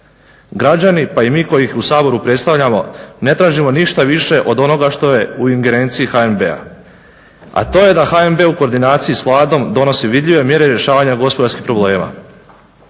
Građani pa i mi koji ih u Saboru predstavljamo ne tražimo ništa više od onoga što je u ingerenciji HNB-a a to je da je HNB u koordinaciji s Vladom donosi vidljive mjere rješavanja gospodarskih problema.